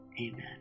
Amen